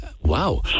Wow